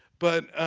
but